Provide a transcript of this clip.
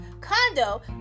condo